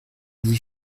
dit